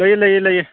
ꯂꯩꯌꯦ ꯂꯩꯌꯦ ꯂꯩꯌꯦ